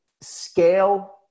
scale